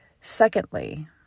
Secondly